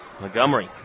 Montgomery